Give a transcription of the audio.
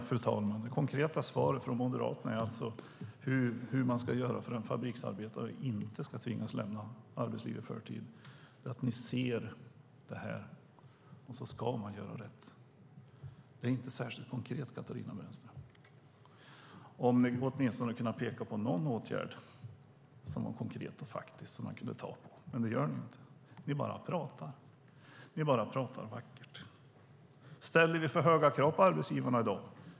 Fru talman! Det konkreta svaret från Moderaterna på frågan om hur man ska göra för att en fabriksarbetare inte ska tvingas lämna arbetslivet i förtid är att ni ser det här och så ska man göra rätt. Det är inte särskilt konkret, Katarina Brännström. Ni hade åtminstone kunnat peka på någon åtgärd som är konkret och faktisk och som man kan ta på, men det gör ni inte. Ni bara pratar vackert. Ställer vi för höga krav på arbetsgivarna i dag?